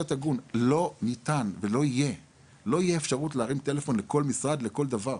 לא ניתן ולא תהיה את האפשרות להרים את הטלפון לכל משרד על כל דבר,